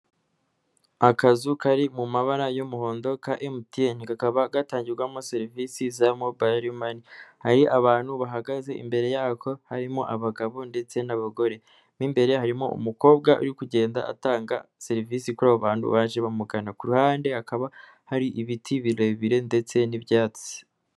Akazu kari mu mabara y'umuhondo ka emutiyeni kakaba gatangirwamo serivisi za mobile mani hari abantu bahagaze imbere yako harimo abagabo ndetse n'abagore mo imbere harimo umukobwa uri kugenda atanga serivisi kuri abo bantu baje bamugana ku ruhande hakaba hari ibiti birebire ndetse n'ibyatsi.